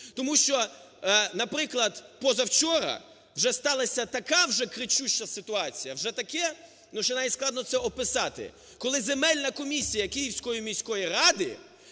Тому що, наприклад, позавчора вже сталася така вже кричуща ситуація, вже таке, що навіть складно це описати, коли земельна комісія Київської міської ради